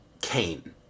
Cain